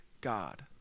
God